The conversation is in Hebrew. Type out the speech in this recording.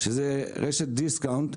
שזה רשת דיסקאונט,